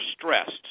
stressed